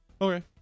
Okay